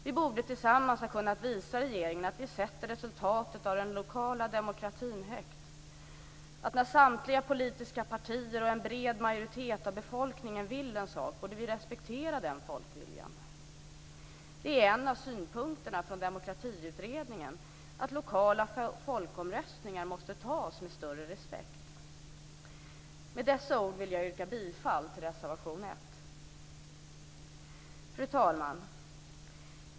Vi borde tillsammans ha kunnat visa regeringen att vi sätter resultatet av den lokala demokratin högt. När samtliga politiska partier och en bred majoritet av befolkningen vill en sak borde vi respektera den folkviljan. Det är en av synpunkterna från Demokratiutredningen, att lokala folkomröstningar måste ges större respekt. Med dessa ord vill jag yrka bifall till reservation 1. Fru talman!